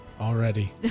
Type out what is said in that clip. Already